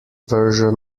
version